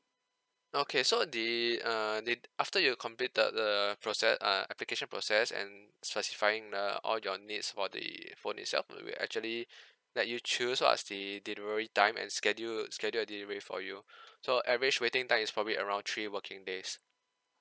okay so the err did after you completed the process uh application process and specifying the all your needs for the phone itself we will actually let you choose what's the delivery time and schedule schedule a delivery for you so average waiting time is probably around three working days